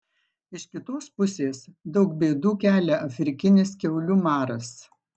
iš kitos pusės daug bėdų kelia afrikinis kiaulių maras